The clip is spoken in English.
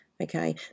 okay